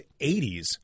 80s